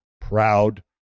proud